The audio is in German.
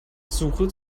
suche